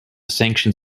sanctions